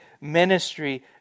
ministry